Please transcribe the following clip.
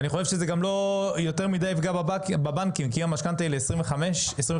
אני חושב שזה גם לא יותר מידי יפגע בבנקים כי אם המשכנתא היא ל-25 שנים,